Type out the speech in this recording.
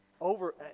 over